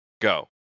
Go